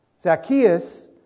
Zacchaeus